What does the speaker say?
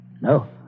No